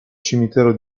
cimitero